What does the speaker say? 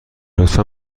لطفا